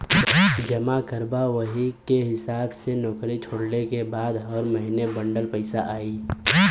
जमा करबा वही के हिसाब से नउकरी छोड़ले के बाद हर महीने बंडल पइसा आई